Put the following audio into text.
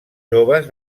joves